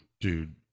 dude